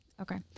Okay